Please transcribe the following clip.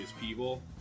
people